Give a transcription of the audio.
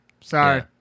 Sorry